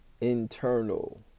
internal